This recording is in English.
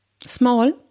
small